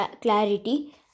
clarity